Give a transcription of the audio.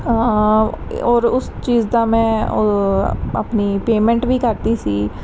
ਔਰ ਉਸ ਚੀਜ਼ ਦਾ ਮੈਂ ਆਪਣੀ ਪੇਮੈਂਟ ਵੀ ਕਰਤੀ ਸੀ